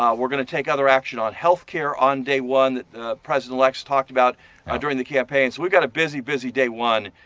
we're going to take other action on health care on day one. the president-elect's talked about during the campaign. we've got a busy, busy day one